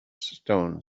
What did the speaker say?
stone